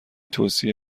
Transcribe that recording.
توصیه